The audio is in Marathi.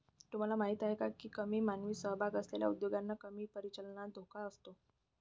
तुम्हाला माहीत आहे का की कमी मानवी सहभाग असलेल्या उद्योगांना कमी परिचालन धोका असतो?